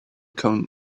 come